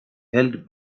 held